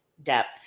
depth